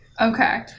Okay